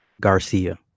Garcia